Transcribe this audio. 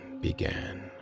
began